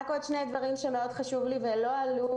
עוד שני דברים שמאוד חשוב לי ולא עלו.